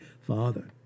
father